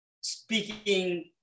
speaking